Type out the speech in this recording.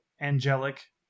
angelic